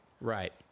Right